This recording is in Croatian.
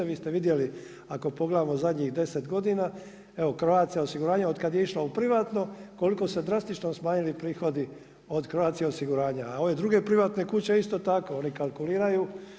Vi ste vidjeli ako pogledamo zadnjih 10 godina, evo Croatia osiguranje od kad je išla u privatno koliko su se drastično smanjili prihod od Croatia osiguranja, a ove druge privatne kuće one isto tako, oni kalkuliraju.